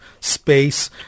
space